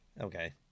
Okay